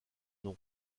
nom